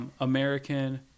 American